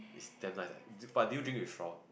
its damn nice lah but do you drink with straw